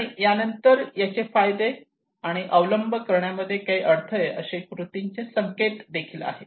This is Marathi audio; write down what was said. आणि नंतर याचे फायदे आणि हे अवलंब करण्यामध्ये काही अडथळे असे कृतींचे संकेत आहेत